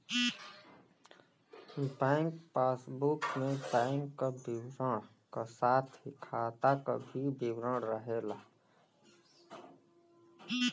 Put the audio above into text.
bank passbook में bank क विवरण क साथ ही खाता क भी विवरण रहला